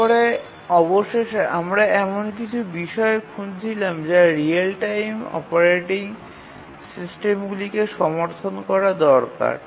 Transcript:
তারপরে অবশেষে আমরা এমন কিছু বিষয় খুঁজছিলাম যা রিয়েল টাইম অপারেটিং সিস্টেমগুলিকে সমর্থন করা দরকার